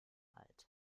alt